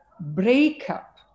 breakup